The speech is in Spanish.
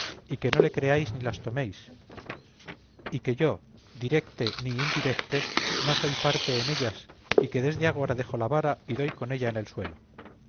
y que no le creáis ni las toméis y que yo directe ni indirecte no soy parte en ellas y que desde agora dejo la vara y doy con ella en el suelo